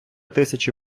тисячі